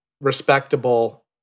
respectable